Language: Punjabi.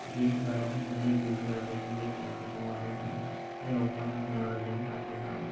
ਗੀਤਕਾਰ ਵੀ ਚੰਗੇ ਗੀਤ ਗਾ ਕੇ ਚੰਗੇ ਪੈਸੇ ਕਮਾਉਂਦੇ ਹਨ ਅਤੇ ਲੋਕਾਂ ਦਾ ਮਨੋਰੰਜਨ ਕਰਦੇ ਹਨ